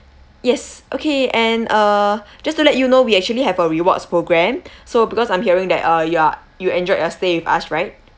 yes okay and uh just to let you know we actually have a rewards program so because I'm hearing that uh you're you enjoyed your stay with us right